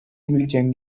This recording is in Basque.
ibiltzen